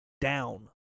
down